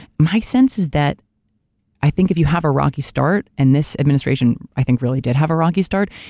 my sense is that i think if you have a rocky start and this administration i think really did have a rocky start,